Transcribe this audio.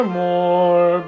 more